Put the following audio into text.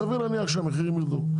סביר להניח שהמחירים ירדו.